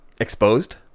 Exposed